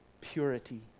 purity